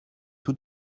tout